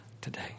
today